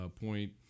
point